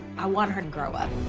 i want her to grow up.